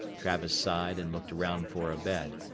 travis sighed and looked around for a bed.